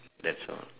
that's all